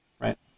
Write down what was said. right